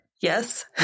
Yes